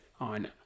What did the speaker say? on